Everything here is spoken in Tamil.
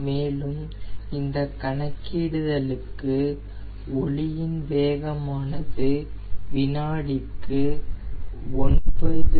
மேலும் இந்த கணக்கீடு தலுக்கு ஒலியின் வேகமானது வினாடிக்கு 994